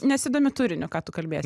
nesidomi turiniu ką tu kalbėsi